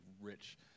rich